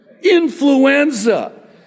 influenza